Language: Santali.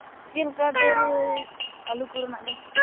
ᱪᱮᱫᱞᱮᱠᱟ ᱫᱚᱨ ᱟᱞᱩ ᱠᱚᱨᱮᱱᱟᱜ ᱫᱚ